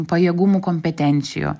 pajėgumų kompetencijų